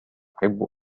يحب